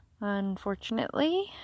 unfortunately